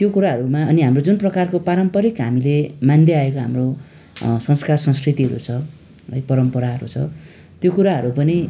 त्यो कुराहरूमा अनि हाम्रो जुन प्रकारको पारम्परिक हामीले मान्दै आएको हाम्रो संस्कार संस्कृतिहरू छ है परम्पराहरू छ त्यो कुराहरू पनि